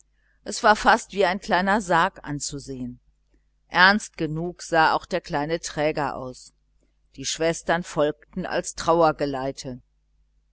es war fast wie ein kleiner sarg anzusehen ernst genug sah auch der kleine träger aus die schwestern folgten als